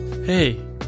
Hey